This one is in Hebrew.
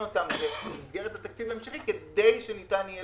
במסגרת התקציב ההמשכי כדי שניתן יהיה